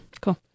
cool